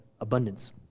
abundance